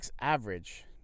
average